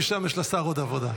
כי שם יש לשר עוד עבודה,